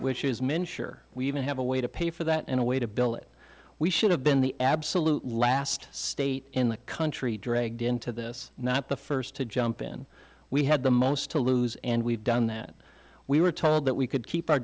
are we even have a way to pay for that in a way to bill it we should have been the absolute last state in the country dragged into this not the first to jump in we had the most to lose and we've done that we were told that we could keep our